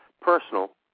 personal